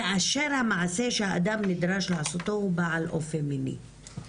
כאשר המעשה שהאדם נדרש לעשותו הוא בעל אופי מיני.